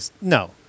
No